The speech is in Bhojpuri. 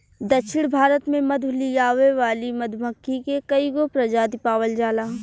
दक्षिण भारत में मधु लियावे वाली मधुमक्खी के कईगो प्रजाति पावल जाला